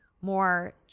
more